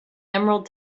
emerald